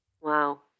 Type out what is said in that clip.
Wow